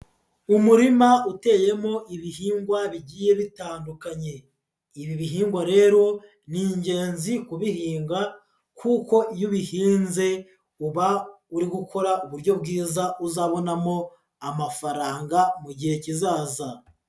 Umurima uteyemo ibihingwa bigiye bitandukanye, ibi bihingwa rero ni ingenzi kubihinga, kuko iyo ubihinze uba uri gukora uburyo bwiza uzabonamo amafaranga mu gihe kizaza.